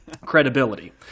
credibility